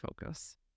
focus